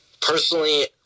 Personally